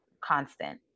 constant